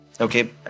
Okay